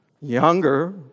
younger